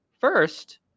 First